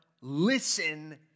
Listen